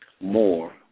more